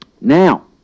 Now